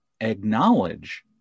acknowledge